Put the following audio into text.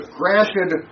granted